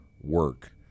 work